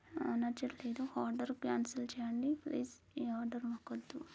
నచ్చట్లేదు order cancel చేయండి please ఈ ఆర్డర్ మాకొద్దు